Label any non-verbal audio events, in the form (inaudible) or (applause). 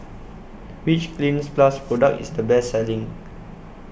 Which Cleanz Plus Product (noise) IS The Best Selling